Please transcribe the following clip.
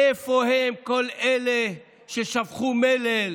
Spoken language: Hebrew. איפה הם כל אלה ששפכו מלל,